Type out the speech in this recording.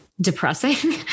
depressing